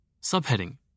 Subheading